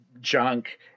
junk